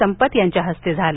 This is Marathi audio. संपत यांच्या हस्ते झालं